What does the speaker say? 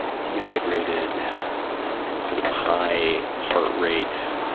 dehydrated sort of high heart rate